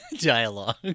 dialogue